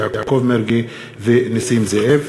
יעקב מרגי ונסים זאב.